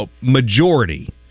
majority